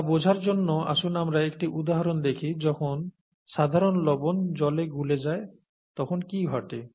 তা বোঝার জন্য আসুন আমরা একটি উদাহরণ দেখি যখন সাধারণ লবণ জলে গুলে যায় তখন কি ঘটে